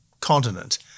continent